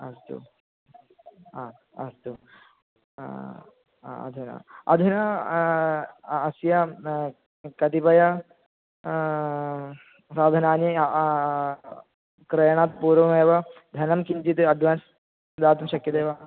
अस्तु हा अस्तु अधुना अधुना अस्य कतिपय साधनानि क्रयणात् पूर्वमेव धनं किञ्चित् अड्वान्स् दातुं शक्यते वा